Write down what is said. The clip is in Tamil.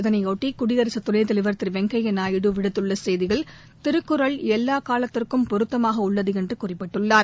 இதனைபொட்டி குடியரகத் துணைத் தலைவர் திரு வெங்கையா நாயுடு விடுத்துள்ள செய்தியில் திருக்குறள் எல்லா காலத்திற்கும் பொருத்தமாக உள்ளது என்று குறிப்பிட்டுள்ளார்